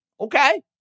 Okay